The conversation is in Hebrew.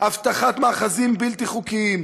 אבטחת מאחזים בלתי חוקיים,